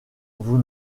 vous